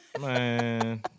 Man